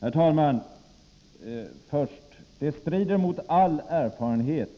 Herr talman! Det strider mot alla erfarenheter